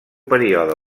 període